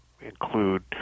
include